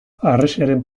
harresiaren